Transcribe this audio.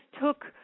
took